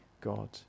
God